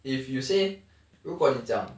if you say 如果你讲